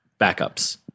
backups